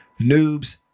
Noobs